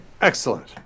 Excellent